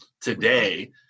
today